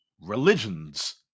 religions